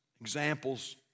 examples